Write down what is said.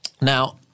Now